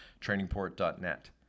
trainingport.net